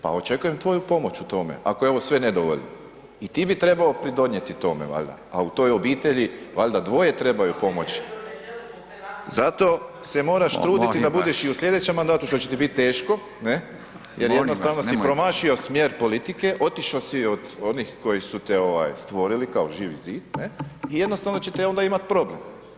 Pa očekujem tvoju pomoć u tome, ako je ovo sve nedovoljno i ti bi trebao pridonijeti tome valjda, a u tom obitelji valjda dvoje trebaju pomoći ... [[Upadica se ne čuje.]] Zato se moraš truditi da budeš i u sljedećem mandatu, što će ti biti teško, ne? [[Upadica Radin: Molim vas, nemojte.]] Jer jednostavno si promašio smjer politike, otišao si od onih koji su te stvorili kao Živi zid, ne, i jednostavno ćete onda imati problem.